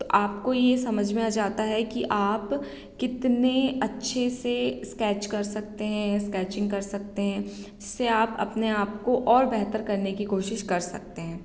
तो आपको यह समझ में आ जाता है कि आप कितने अच्छे से स्कैच कर सकते हैं स्कैचिंग कर सकते हैं से आप अपने आप को और बेहतर करने की कोशिश कर सकते हैं